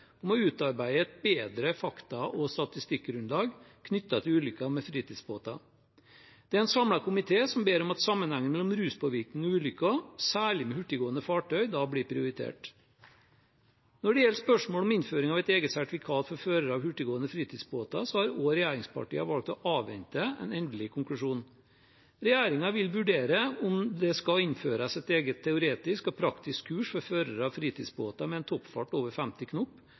om å utarbeide et bedre fakta- og statistikkgrunnlag knyttet til ulykker med fritidsbåter. Det er en samlet komité som ber om at sammenhengen mellom ruspåvirkning og ulykker, særlig med hurtiggående fartøyer, da blir prioritert. Når det gjelder spørsmålet om innføring av et eget sertifikat for førere av hurtiggående fritidsbåter, har også regjeringspartiene valgt å avvente en endelig konklusjon. Regjeringen vil vurdere om det skal innføres et eget teoretisk og praktisk kurs for førere av fritidsbåter med en toppfart på over 50 knop,